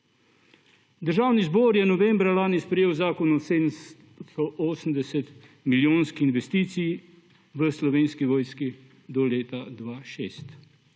Državni zbor je novembra lani sprejel zakon o 780 milijonski investiciji v Slovenski vojski do leta 2026.